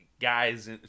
guys